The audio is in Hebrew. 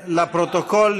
לפרוטוקול,